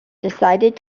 decided